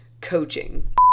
coaching